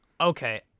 okay